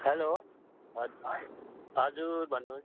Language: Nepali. हेलो हजुर भन्नुहोस्